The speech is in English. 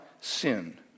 sin